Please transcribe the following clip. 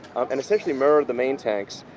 and essentially mirror the main tanks,